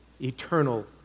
eternal